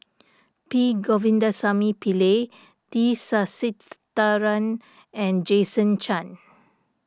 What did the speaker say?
P Govindasamy Pillai T Sasitharan and Jason Chan